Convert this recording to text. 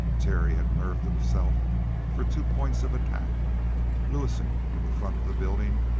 terry had nerved himself for two points of attack lewison from the front of the building,